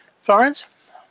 Florence